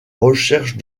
recherche